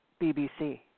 BBC